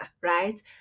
right